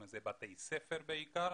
אם זה בתי ספר בעיקר,